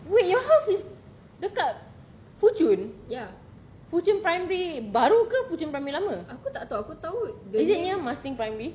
wait your house is dekat fuchun fuchun primary baru ke fuchun primary lama is it near marsiling primary